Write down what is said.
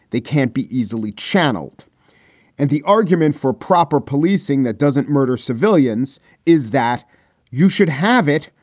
they can't be easily channeled and the argument for proper policing that doesn't murder civilians is that you should have it.